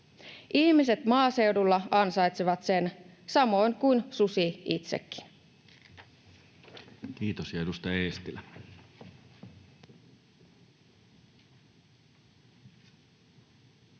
Ihmiset maaseudulla ansaitsevat sen, samoin kuin susi itsekin. [Speech